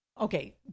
Okay